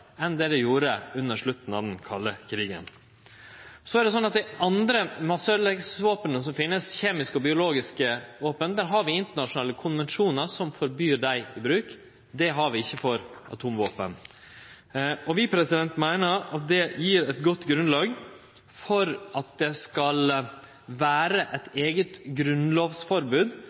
enn det dei gjorde under slutten av den kalde krigen. Det finst andre masseøydeleggingsvåpen, kjemiske og biologiske våpen. Der har vi internasjonale konvensjonar som forbyr dei i bruk. Det har vi ikkje for atomvåpen. Vi meiner at dette gjev eit godt grunnlag for at det skal vere eit eige grunnlovsforbod